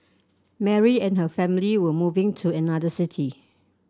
Mary and her family were moving to another city